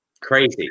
Crazy